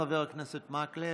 בבקשה, חבר הכנסת מקלב.